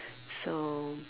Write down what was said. so